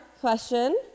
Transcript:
question